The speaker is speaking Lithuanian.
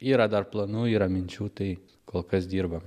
yra dar planų yra minčių tai kol kas dirbam